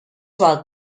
val